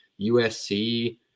USC